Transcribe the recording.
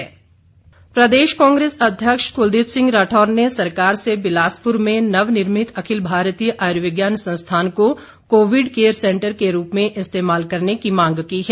राठौर प्रदेश कांग्रेस अध्यक्ष क्लदीप सिंह राठौर ने सरकार से बिलासपुर में नव निर्मित अखिल भारतीय आयुर्विज्ञान संस्थान को कोविड केयर सेंटर के रूप में इस्तेमाल करने की मांग की है